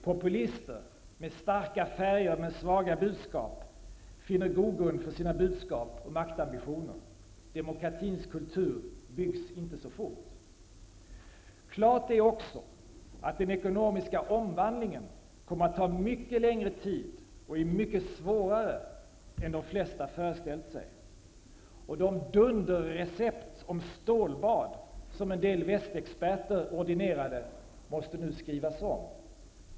Populister med starka färger men svaga budskap finner grogrund för sina budskap och maktambitioner. Demokratins kultur byggs inte så fort. Klart är också att den ekonomiska omvandlingen kommer att ta mycket längre tid och är mycket svårare än de flesta föreställt sig. De dunderrecept om stålbad som en del västexperter ordinerade måste nu skrivas om.